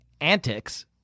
antics